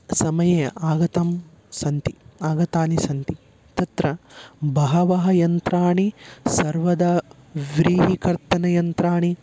समये आगतं सन्ति आगतानि सन्ति तत्र बहवः यन्त्राणि सर्वदा व्रीहिकर्तनयन्त्राणि